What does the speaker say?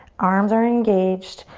arms are engaged.